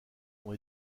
ont